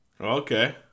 Okay